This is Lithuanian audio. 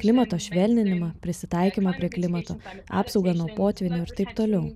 klimato švelninimą prisitaikymą prie klimato apsaugą nuo potvynių ir taip toliau